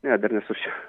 ne dar nesvarsčiau